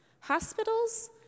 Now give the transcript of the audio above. hospitals